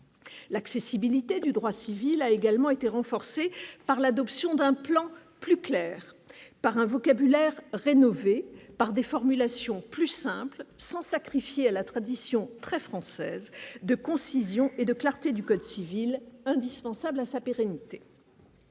L'accessibilité du droit civil a également été renforcée par l'adoption d'un plan plus clair par un vocabulaire rénovés par des formulations plus simples, sans sacrifier à la tradition très française de concision et de clarté du code civil indispensables à sa pérennité.